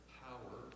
power